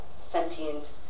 sentient